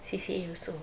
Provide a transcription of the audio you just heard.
C_C_A also